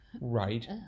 Right